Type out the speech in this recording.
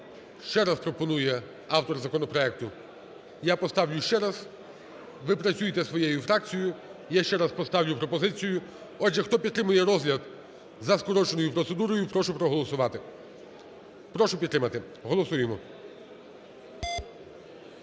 Ще раз пропонує автор законопроекту. Я поставлю ще раз. Ви працюйте зі своєю фракцією. Я ще раз поставлю пропозицію. Отже, хто підтримує розгляд за скороченою процедурою, прошу проголосувати. Прошу підтримати. Голосуємо.